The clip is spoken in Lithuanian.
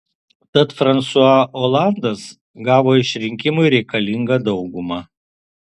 tad fransua olandas gavo išrinkimui reikalingą daugumą